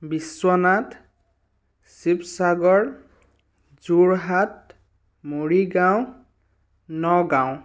Biswanath Sivasagar Jorhat Morigaon Nagaon